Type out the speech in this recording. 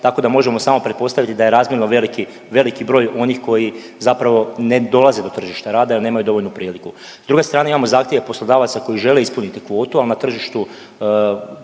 tako da možemo samo pretpostaviti da je razmjerno veliki broj onih koji zapravo ne dolaze do tržišta rada jel nemaju dovoljnu priliku. S druge strane imamo zahtjeve poslodavaca koji žele ispuniti kvotu, ali na tržištu